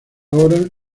ahora